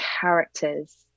characters